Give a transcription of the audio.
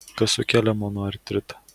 kas sukelia monoartritą